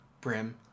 Brim